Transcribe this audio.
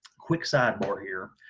quick sidebar here,